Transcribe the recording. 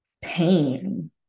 Pain